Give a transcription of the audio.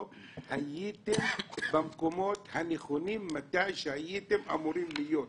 אתם לא הייתם במקומות שהייתם אמורים להיות בהם.